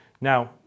Now